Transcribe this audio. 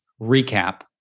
recap